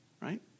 right